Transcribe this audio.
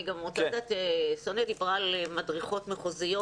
סוניה דיברה על מדריכות מחוזיות.